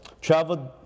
traveled